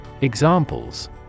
Examples